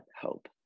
hope